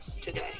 today